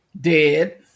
dead